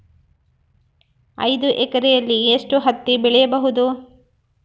ಐದು ಎಕರೆಯಲ್ಲಿ ಎಷ್ಟು ಹತ್ತಿ ಬೆಳೆಯಬಹುದು?